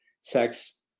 sex